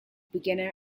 beginner